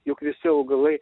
juk visi augalai